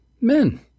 Men